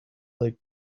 like